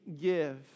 give